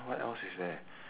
what else is there